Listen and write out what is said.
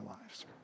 lives